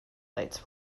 lights